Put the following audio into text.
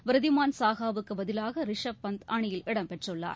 விருதிமான் சாகாவுக்கு பதிலாக ரிஷப் பந்த் அணியில் இடம்பெற்றுள்ளார்